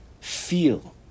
feel